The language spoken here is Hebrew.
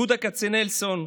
יהודה כצנלסון,